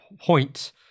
point